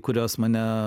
kurios mane